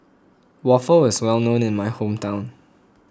Waffle is well known in my hometown